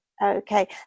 Okay